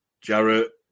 Jarrett